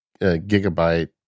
gigabyte